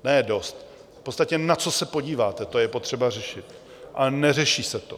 Ne dost, v podstatě na co se podíváte, je potřeba řešit, a neřeší se to.